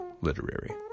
literary